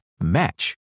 match